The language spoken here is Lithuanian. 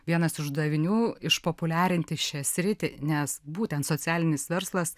vienas uždavinių išpopuliarinti šią sritį nes būtent socialinis verslas